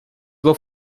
were